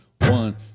one